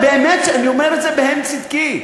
באמת שאני אומר את זה בהן צדקי.